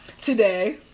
today